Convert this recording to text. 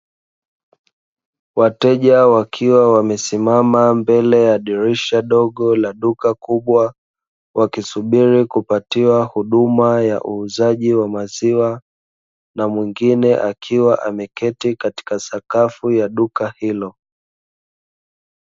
Wateja wakiwa wamesimama mbele ya dirisha dogo la duka kubwa, wakisubiri kupatiwa huduma ya uuzaji wa maziwa na mwingine akiwa ameketi katika sakafu ya duka hilo.